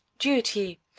duty!